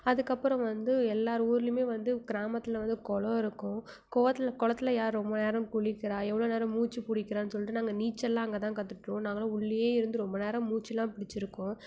அதுக்கப்புறம் வந்து எல்லார் ஊரிலியுமே வந்து கிராமத்தில் வந்து குளம் இருக்கும் குளத்துல குளத்துல யார் ரொம்ப நேரம் குளிக்கிறா எவ்வளோ நேரம் மூச்சு பிடிக்கிறானு சொல்லிட்டு நாங்கள் நீச்சல்லாம் அங்கே தான் கற்றுக்கிட்டோம் நாங்கெல்லாம் உள்ளேயே இருந்து ரொம்ப நேரம் மூச்செல்லாம் பிடிச்சிருக்கோம்